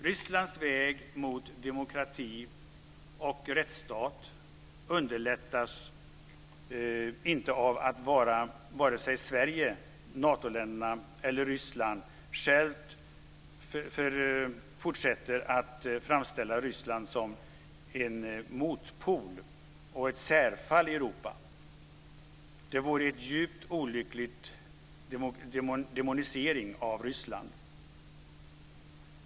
Rysslands väg mot demokrati och rättsstat underlättas inte av att vare sig Sverige, Natoländerna, eller Ryssland självt fortsätter att framställa Ryssland som en motpol och ett särfall i Europa. Det vore en djupt olycklig demonisering av Ryssland.